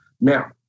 Now